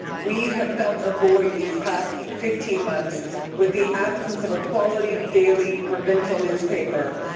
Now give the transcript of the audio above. we have felt a void these past fifteen months with the absence of a quality daily provincial newspaper.